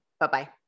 Bye-bye